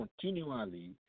continually